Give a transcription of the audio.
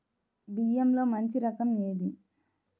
బియ్యంలో మంచి రకం ఏది?